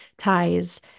ties